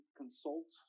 consult